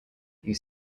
you